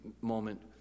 moment